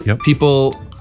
people